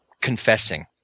confessing